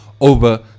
over